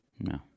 No